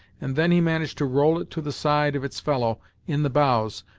and then he managed to roll it to the side of its fellow in the bows,